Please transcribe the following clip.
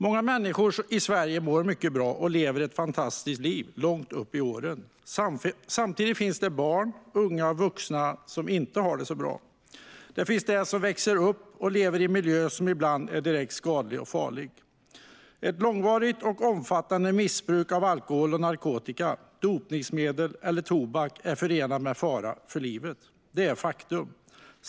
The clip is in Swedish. Många människor i Sverige mår mycket bra och lever fantastiska liv långt upp i åren. Samtidigt finns det barn, unga och vuxna som inte har det så bra. Det finns de som växer upp och lever i en miljö som ibland är direkt skadlig och farlig. Ett långvarigt och omfattande missbruk av alkohol, narkotika, dopningsmedel eller tobak är förenat med fara för livet. Det är ett faktum.